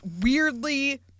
weirdly